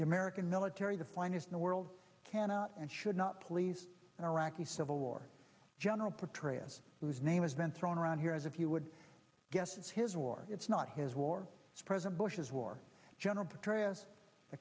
the american military the finest in the world cannot and should not please an iraqi civil war general petraeus whose name has been thrown around here as if you would guess is his war it's not his war president bush's war general petraeus the